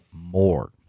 more